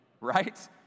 right